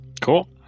Cool